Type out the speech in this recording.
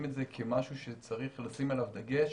את זה כמשהו שצריך לשים אליו דגש,